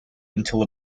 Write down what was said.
until